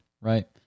Right